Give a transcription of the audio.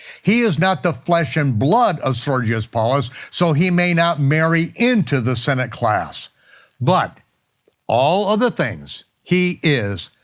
he is not the flesh and blood of sergius paulus, so he may not marry into the senate-class. but all of the the things he is,